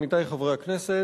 עמיתי חברי הכנסת,